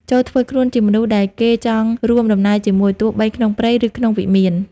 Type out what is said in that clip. ចូរធ្វើខ្លួនជាមនុស្សដែលគេចង់រួមដំណើរជាមួយ ទោះបីក្នុងព្រៃ ឬក្នុងវិមាន។